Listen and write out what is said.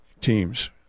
teams